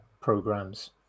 programs